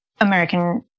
American